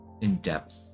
in-depth